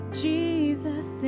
jesus